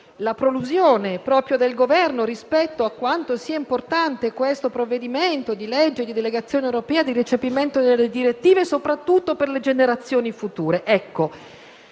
la prolusione - proprio del Governo - rispetto a quanto sia importante questo disegno di legge di delegazione europea e di recepimento delle direttive, soprattutto per le generazioni future. Ecco,